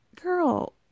Girl